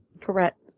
Correct